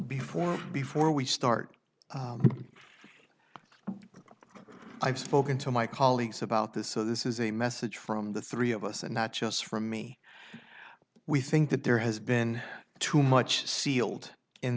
before before we start i've spoken to my colleagues about this so this is a message from the three of us and not just from me we think that there has been too much sealed in